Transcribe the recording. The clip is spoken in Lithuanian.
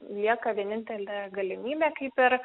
lieka vienintelė galimybė kaip ir